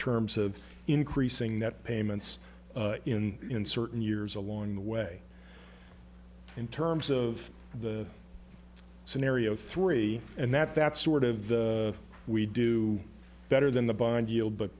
terms of increasing that payments in certain years along the way in terms of the scenario three and that that sort of we do better than the bond yield but